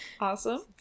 Awesome